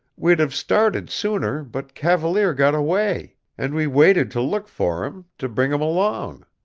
we'd have started sooner, but cavalier got away. and we waited to look for him to bring him along.